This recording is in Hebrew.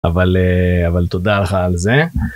אבל תודה לך על זה.